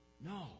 No